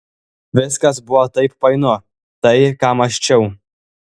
viskas buvo taip painu tai ką mąsčiau